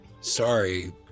sorry